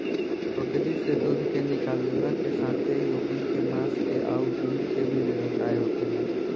बकरी से दूध के निकालला के साथेही ओकनी के मांस के आउर ऊन के भी व्यवसाय होखेला